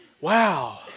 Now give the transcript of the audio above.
Wow